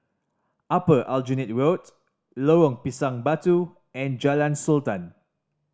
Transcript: Upper Aljunied Road Lorong Pisang Batu and Jalan Sultan